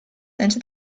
into